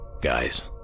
Guys